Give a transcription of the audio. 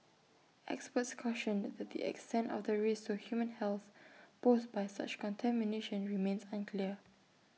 experts cautioned that the extent of the risk to human health posed by such contamination remains unclear